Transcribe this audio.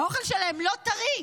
האוכל שלהם לא טרי,